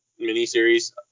miniseries